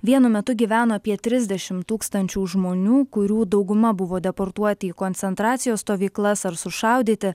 vienu metu gyveno apie trisdešim tūkstančių žmonių kurių dauguma buvo deportuoti į koncentracijos stovyklas ar sušaudyti